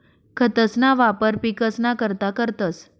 खतंसना वापर पिकसना करता करतंस